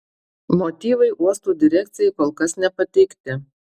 motyvai uosto direkcijai kol kas nepateikti